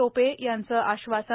टोपे यांचं आश्वासन